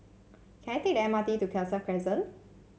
can I take the M R T to Khalsa Crescent